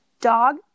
Dog